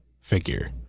figure